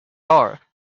are